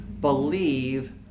believe